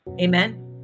Amen